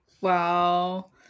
wow